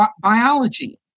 Biology